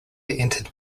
entered